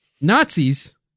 Nazis